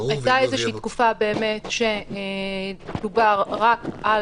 הייתה באמת איזו תקופה שדובר רק על יחידת דיור נפרדת